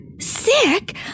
Sick